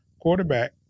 quarterback